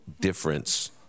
difference